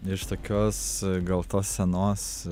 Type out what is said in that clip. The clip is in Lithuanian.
iš tokios gal tos senos